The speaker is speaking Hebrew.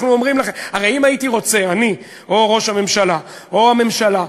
הרי אם הייתי רוצה, אני או ראש הממשלה, או הממשלה,